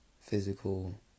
physical